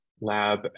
Lab